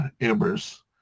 Amber's